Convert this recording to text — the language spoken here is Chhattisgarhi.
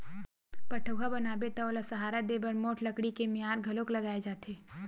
पठउहाँ बनाबे त ओला सहारा देय बर मोठ लकड़ी के मियार घलोक लगाए जाथे